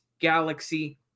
Galaxy